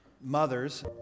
mothers